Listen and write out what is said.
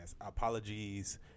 Apologies